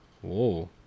Whoa